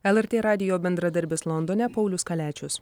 lrt radijo bendradarbis londone paulius kaliačius